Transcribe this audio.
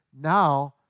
Now